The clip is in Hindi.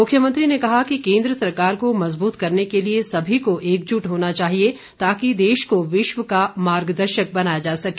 मुख्यमंत्री ने कहा कि केन्द्र सरकार को मजबूत करने के सभी को एकजुट होना चाहिए ताकि देश को विश्व का मार्गदर्शक बनाया जा सके